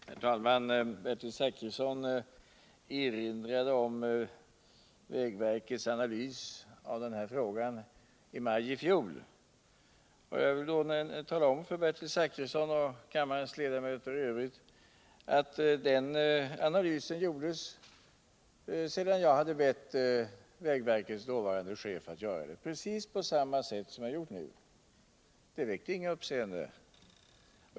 Herr talman! Bertil Zachrisson erinrade om vägverkets analys av den här frågan i maj i fjol. Jag vill då tala om för Bertil Zachrisson och kammarens övriga ledamöter att den analysen gjordes sedan jag hade bett vägverkets dåvarande chef att göra den, precis på samma sätt som jag gjort nu. Det väckte då inget uppseende.